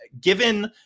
given